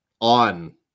on